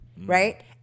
right